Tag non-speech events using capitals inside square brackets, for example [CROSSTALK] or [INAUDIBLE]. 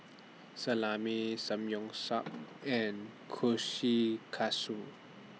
Salami Samgyeopsal [NOISE] and Kushikatsu